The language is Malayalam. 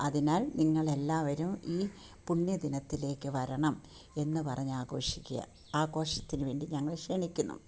അതിനാൽ നിങ്ങൾ എല്ലാവരും ഈ പുണ്യ ദിനത്തിലേക്ക് വരണം എന്ന് പറഞ്ഞു ആഘോഷിക്കുക ആഘോഷത്തിന് വേണ്ടി ഞങ്ങൾ ക്ഷണിക്കുന്നു